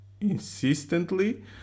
insistently